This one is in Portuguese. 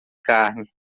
carne